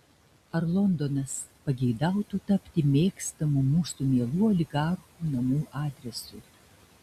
ar londonas pageidautų tapti mėgstamu mūsų mielų oligarchų namų adresu